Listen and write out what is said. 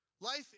Life